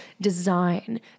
design